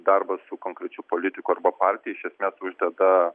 darbas su konkrečiu politiku arba partija iš esmės uždeda